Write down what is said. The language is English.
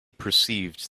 perceived